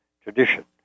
tradition